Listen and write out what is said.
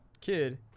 Kid